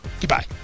Goodbye